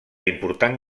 important